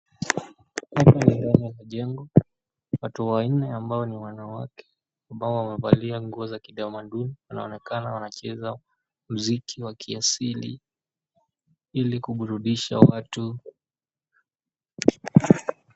Hapa ni mlango wa jengo. Watu wanne ambao ni wanawake ambao wamevalia nguo za kitamaduni na wanakaa na wanacheza mziki wa kiasili Ili kuburudisha watu.